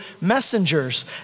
messengers